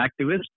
activist